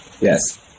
yes